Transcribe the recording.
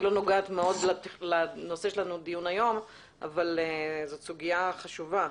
היא לא נוגעת מאוד לנושא של הדיון היום אבל זאת סוגיה חשובה.